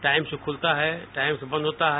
time से खलता है टाइम से बंद होता है